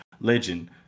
legend